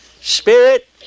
spirit